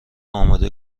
اماده